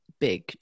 big